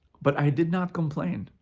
but i did not complain.